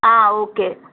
ஆ okay